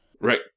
Right